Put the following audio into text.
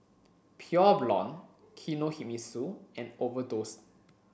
Pure Blonde Kinohimitsu and Overdose